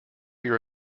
your